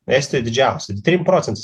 estijoj didžiausia tai trim procentais